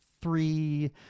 three